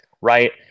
right